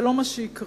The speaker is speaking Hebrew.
זה לא מה שיקרה.